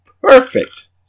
perfect